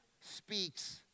speaks